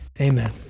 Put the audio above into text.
amen